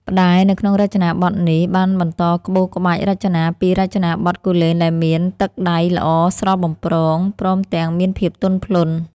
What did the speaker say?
ផ្តែរ នៅក្នុងរចនាបថនេះ បានបន្តក្បូរក្បាច់រចនាពីរចនាបថគូលែនដែលមាន ទឹកដៃល្អស្រស់បំព្រង ព្រមទាំងមានភាពទន់ភ្លន់។